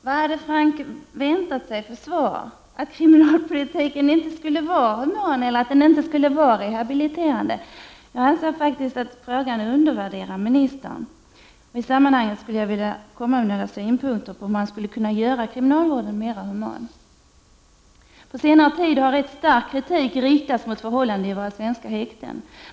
Vad hade herr Franck egentligen väntat sig för svar — att kriminalpolitiken inte skall vara human, eller att den inte skall verka rehabiliterande? Jag anser faktiskt att frågan undervärderar ministern. I detta sammanhang vill jag därför komma med några synpunkter på hur man skulle kunna göra kriminalvården mera human. På senare tid har rätt stark kritik riktats mot förhållandena i våra svenska häkten.